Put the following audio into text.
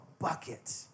bucket